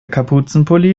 kapuzenpulli